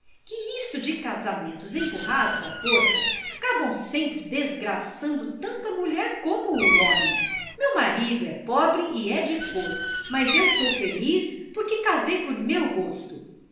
que isto de casamentos empurrados à força acabam sempre desgraçando tanto a mulher como o homem meu marido é pobre e é de cor mas eu sou feliz porque casei por meu gosto